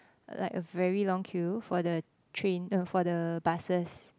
like a very long queue for the train no for the buses